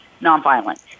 nonviolent